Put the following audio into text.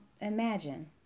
imagine